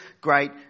great